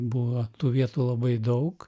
buvo tų vietų labai daug